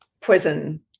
prison